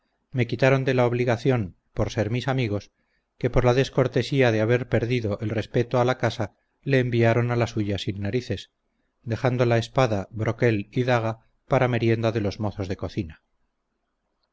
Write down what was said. me quitaron de la obligación por ser mis amigos que por la descortesía de haber perdido el respeto a la casa le enviaron a la suya sin narices dejando la espada broquel y daga para merienda de los mozos de cocina